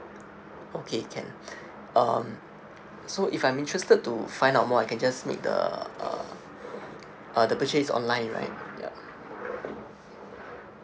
okay can um so if I'm interested to find out more I can just make the uh uh the purchase online right yup